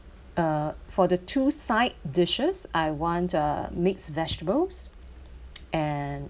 uh for the two side dishes I want uh mixed vegetables and